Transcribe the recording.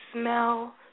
smell